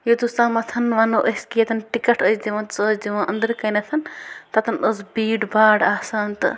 یوٚتَس تامَتھ وَنو أسۍ کہِ ییٚتٮ۪ن ٹِکٹ ٲسۍ دِوان سُہ ٲس دِوان أنٛدرٕ کَنٮ۪تھ تَتٮ۪ن ٲس بھیٖڈ بھاڑ آسان تہٕ